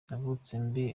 navutse